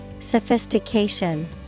Sophistication